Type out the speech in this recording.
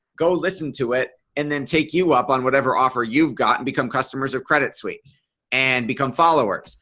go listen to it and then take you up on whatever offer you've got and become customers of credit suite and become followers.